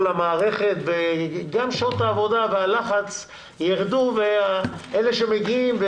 למערכת וגם שעות העבודה והלחץ ירדו ואלה שמגיעים,